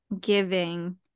giving